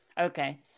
Okay